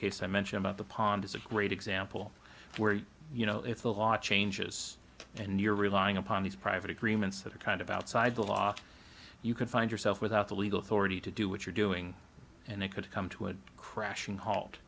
case i mentioned about the pond is a great example where you know if the law changes and you're relying upon these private agreements that are kind of outside the law you could find yourself without the legal authority to do what you're doing and it could come to a crashing halt